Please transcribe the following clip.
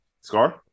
scar